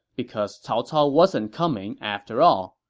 because cao cao wasn't coming after all.